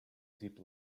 zip